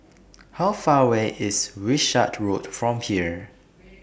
How Far away IS Wishart Road from here